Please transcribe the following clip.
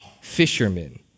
fishermen